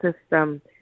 system